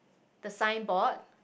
the sign board